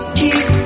keep